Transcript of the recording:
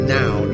now